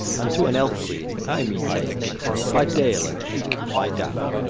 and to an elf-queen i me take by dale and eke by down.